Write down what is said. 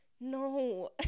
no